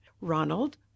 ronald